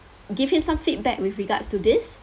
give him some feedback with regards to this